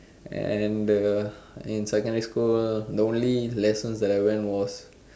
and the in secondary school the only lessons I went was